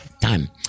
time